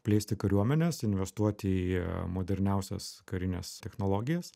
plėsti kariuomenes investuoti į moderniausias karines technologijas